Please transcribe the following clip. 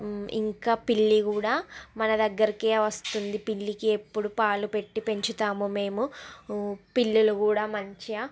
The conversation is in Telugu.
ఇంకా పిల్లి కూడా మన దగ్గరకే వస్తుంది పిల్లికి ఎప్పుడు పాలు పెట్టి పెంచుతాము మేము పిల్లులు కూడా మంచిగా